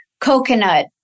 coconut